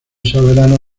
soberano